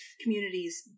communities